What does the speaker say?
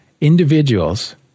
individuals